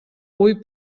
hui